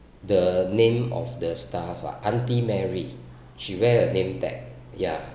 the name of the staff ah aunty mary she wear a name tag ya